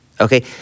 Okay